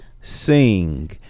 sing